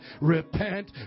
repent